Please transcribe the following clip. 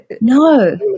No